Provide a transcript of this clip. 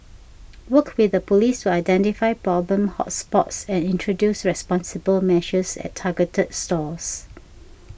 work with the Police to identify problem hot spots and introduce responsible measures at targeted stores